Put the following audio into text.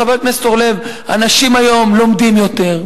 חבר הכנסת אורלב: אנשים היום לומדים יותר,